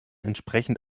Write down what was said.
entsprechend